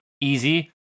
easy